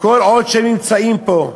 כל עוד הם נמצאים פה.